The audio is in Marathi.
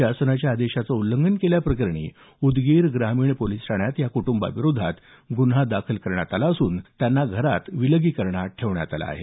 शासनाच्या आदेशाचं उल्लंघन केल्याप्रकरणी उदगीर ग्रामीण पोलीस ठाण्यात या कुटुंबाविरोधात गुन्हा दाखल करण्यात आला असून त्यांना घरात विलगीकरणात ठेवण्यात आलं आहे